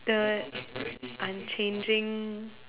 the unchanging